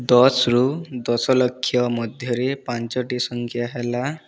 ଦଶ ରୁ ଦଶ ଲକ୍ଷ ମଧ୍ୟରେ ପାଞ୍ଚଟି ସଂଖ୍ୟା ହେଲା